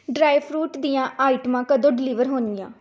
dry fruit ਦੀਆਂ ਆਈਟਮਾਂ ਕਦੋਂ ਡਿਲੀਵਰ ਹੋਣਗੀਆਂ